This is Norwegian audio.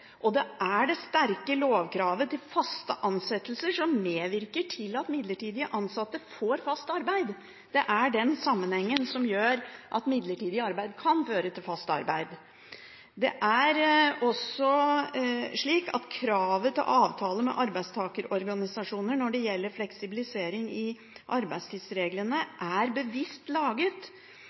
ansatte. Det er det sterke lovkravet til faste ansettelser som medvirker til at midlertidige ansatte får fast arbeid. Det er den sammenhengen som gjør at midlertidig arbeid kan føre til fast arbeid. Det er også slik at kravet til avtale med arbeidstakerorganisasjoner når det gjelder fleksibilisering i arbeidstidsreglene, er bevisst laget